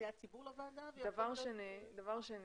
דבר שני.